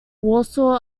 warsaw